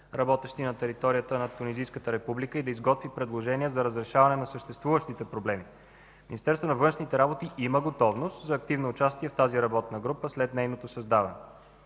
работещи на територията на Тунизийската република и да изготви предложение за разрешаване на съществуващите проблеми. Министерството на външните работи има готовност за активно участие в тази работна група след нейното създаване.